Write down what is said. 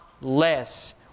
less